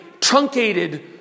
truncated